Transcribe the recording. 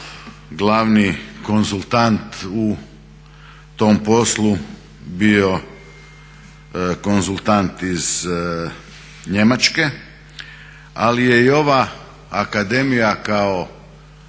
glavni konzultant u tom poslu bio konzultant iz Njemačke, ali je i ova akademija kao